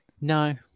No